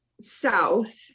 south